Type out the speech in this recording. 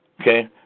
Okay